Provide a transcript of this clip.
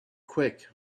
quick